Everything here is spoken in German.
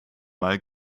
mal